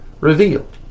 revealed